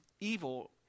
evil